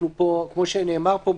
כמו שנאמר פה,